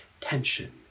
tension